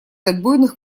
отбойных